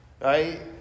Right